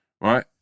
right